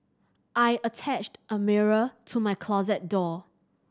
I attached a mirror to my closet door